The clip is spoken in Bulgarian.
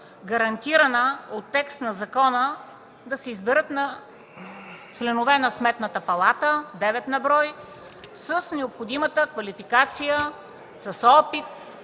гарантирана от текст на закона, да се изберат членове на Сметната палата – девет на брой, с необходимата квалификация, с опит